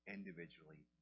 Individually